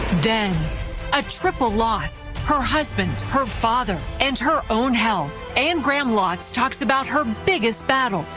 then a triple loss. her husband, her father, and her own health. anne graham lotz talks about her biggest battle.